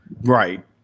Right